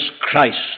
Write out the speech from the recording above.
Christ